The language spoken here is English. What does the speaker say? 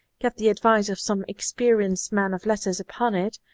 get the advice of some experi enced man of letters upon it,